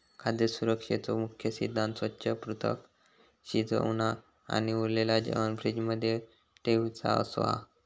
खाद्य सुरक्षेचो मुख्य सिद्धांत स्वच्छ, पृथक, शिजवना आणि उरलेला जेवाण फ्रिज मध्ये ठेउचा असो हा